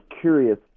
curious